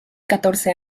catorce